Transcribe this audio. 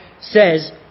says